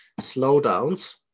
slowdowns